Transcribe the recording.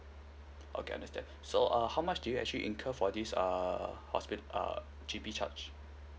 okay understand so uh how much did you actually incur for this err hospit~ uh G_P charge